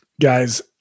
Guys